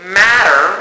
matter